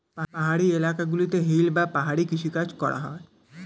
পাহাড়ি এলাকা গুলোতে হিল বা পাহাড়ি কৃষি কাজ করা হয়